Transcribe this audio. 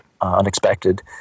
unexpected